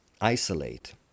isolate